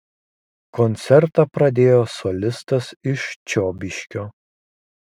koncertą pradėjo solistas iš čiobiškio